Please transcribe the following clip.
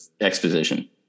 exposition